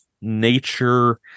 nature